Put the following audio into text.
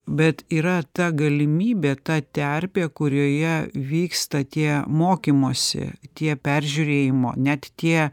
bet yra ta galimybė ta terpė kurioje vyksta tie mokymosi tie peržiūrėjimo net tie